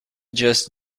just